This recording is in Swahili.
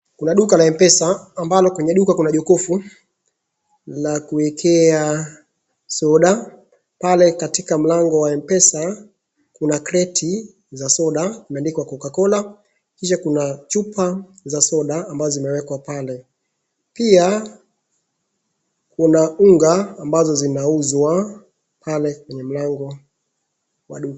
Kuna duka la Mpesa ambalo kwenye duka kuna jokofu la kuekea soda. Pale katika mlango wa Mpesa kuna kreti za soda imeandikwa Cocacola. Kisha kuna chupa za soda ambazo zimewekwa pale. Pia kuna unga ambazo zinauzwa pale kwenye mlango wa duka.